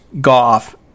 Goff